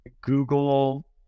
Google